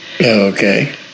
Okay